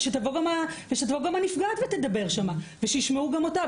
ושתבוא גם הנפגעת ותדבר שם ושישמעו גם אותה,